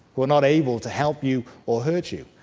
who are not able to help you or hurt you.